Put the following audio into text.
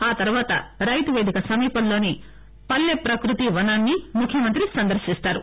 ఆ తర్వాత రైతు వేదిక సమీపంలోని పల్లె ప్రకృతి వనాన్ని ముఖ్యమంత్రి సందర్నిస్తారు